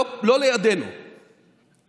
לא לידנו,